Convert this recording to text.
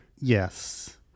Yes